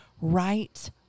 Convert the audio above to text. right